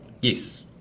yes